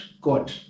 God